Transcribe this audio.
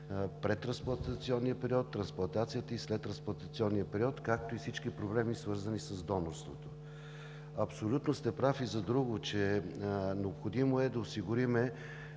предтрансплантационния период, трансплантацията и следтрансплантационния период, както и всички проблеми, свързани с донорството. Абсолютно сте прав и за друго, че е необходимо да осигурим